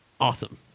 Awesome